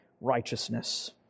righteousness